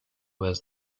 was